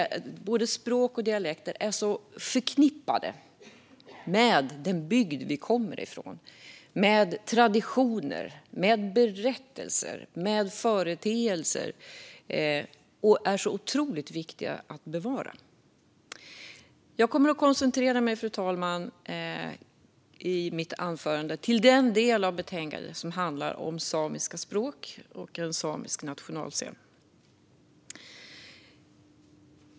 Språk och dialekter är så starkt förknippade med den bygd vi kommer från, med traditioner, berättelser och företeelser, och är så otroligt viktiga att bevara. Fru talman! Jag kommer att koncentrera mig på den del av betänkandet som handlar om samiska språk och en samisk nationalscen.